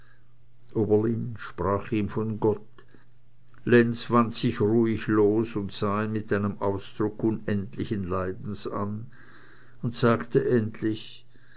ihm von gott lenz wand sich ruhig los und sah ihn mit einem ausdruck unendlichen leidens an und sagte endlich